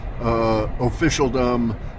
officialdom